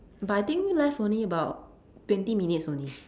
but I think left only about twenty minutes only